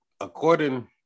according